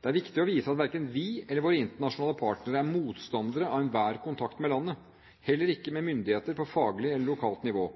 Det er viktig å vise at verken vi eller våre internasjonale partnere er motstandere av enhver kontakt med landet, heller ikke med myndigheter på faglig eller lokalt nivå.